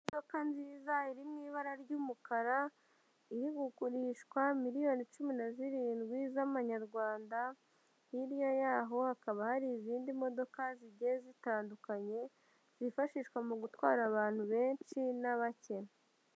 Imodoka nziza iri mu ibara ry'umukara, iri kugurishwa miliyoni cumi na zirindwi z'manyarwanda, hirya y'aho hakaba hari izindi modoka zigiye zitandukanye, zifashishwa mu gutwara abantu benshi n'abake.